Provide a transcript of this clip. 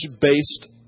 based